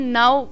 now